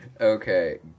Okay